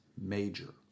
major